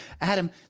Adam